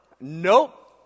Nope